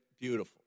beautiful